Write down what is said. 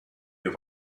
have